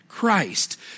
Christ